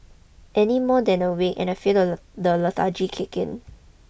any more than a week and I feel the the lethargy kick in